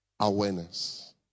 Awareness